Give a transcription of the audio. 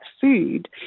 food